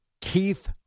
Keith